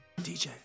DJ